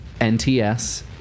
NTS